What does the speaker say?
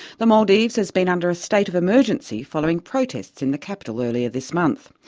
the maldives has been under a state of emergency following protests in the capital earlier this month.